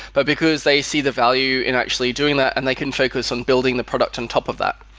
but because they see the value in actually doing that and they can focus on building the product on top of that.